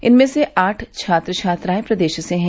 इनमें से आठ छात्र छात्रायें प्रदेश से हैं